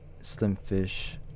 Slimfish